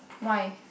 why